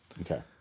Okay